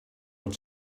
will